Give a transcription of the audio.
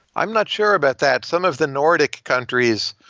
i'm not sure about that. some of the nordic countries,